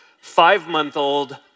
five-month-old